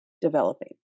developing